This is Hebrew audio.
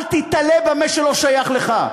אל תיתלה במה שלא שייך לך.